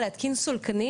אגב, את הסולקנים